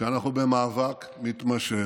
שאנחנו במאבק מתמשך.